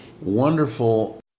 wonderful